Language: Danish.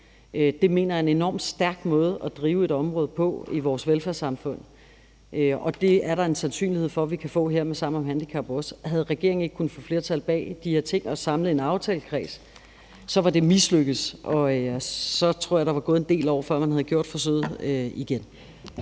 Det mener jeg er en enorm stærk måde at drive et område på i vores velfærdssamfund, og det er der en sandsynlighed for vi kan få her med Sammen om handicap også. Havde regeringen ikke kunnet få flertal bag de her ting og samlet en aftalekreds, var det mislykkedes, og så tror jeg, at der var gået en del år, før man havde gjort forsøget igen.